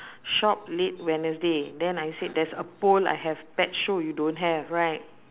shop late wednesday then I said there's a pole I have pet show you don't have right